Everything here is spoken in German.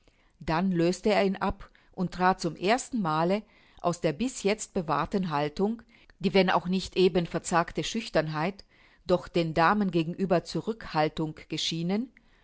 dann lösete er ihn ab und trat zum erstenmale aus der bisjetzt bewahrten haltung die wenn auch nicht eben verzagte schüchternheit doch den damen gegenüber zurückhaltung geschienen